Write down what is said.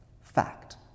Fact